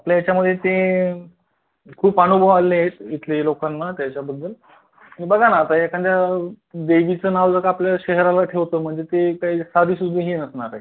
आपल्या याच्यामदे ते खूप अनुभव आले आहे इथले लोकांना त्याच्याबद्दल बघा ना आता एखाद्या देवीचं नाव जर का आपल्या शहराला ठेवत म्हणजे ते काही साधीसुधी हे नसणारे